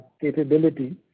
capability